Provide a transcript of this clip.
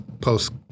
post